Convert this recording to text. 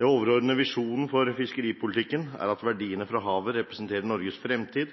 Den overordnede visjonen for fiskeripolitikken er at verdiene fra havet representerer Norges fremtid,